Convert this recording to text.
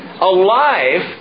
Alive